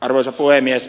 arvoisa puhemies